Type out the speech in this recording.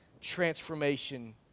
transformation